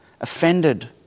offended